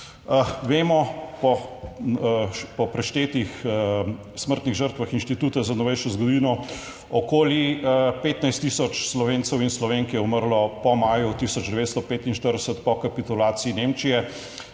Vemo, po preštetih smrtnih žrtvah Inštituta za novejšo zgodovino, okoli 15 tisoč Slovencev in Slovenk je umrlo po maju 1945 po kapitulaciji Nemčije